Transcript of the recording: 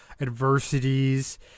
adversities